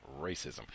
racism